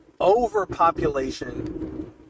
overpopulation